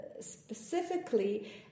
Specifically